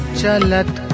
Chalat